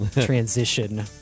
transition